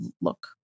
look